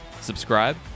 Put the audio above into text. Subscribe